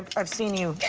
i've seen you